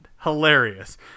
Hilarious